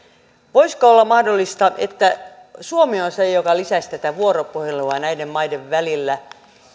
voisiko olla mahdollista että suomi on se joka lisäisi tätä vuoropuhelua näiden maiden välillä